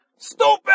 Stupid